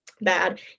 bad